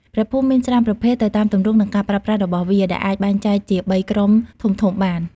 ព្រះភូមិមានច្រើនប្រភេទទៅតាមទម្រង់និងការប្រើប្រាស់របស់វា ដែលអាចបែងចែកជាបីក្រុមធំៗបាន។